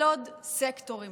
על עוד סקטורים